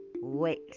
wait